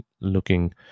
looking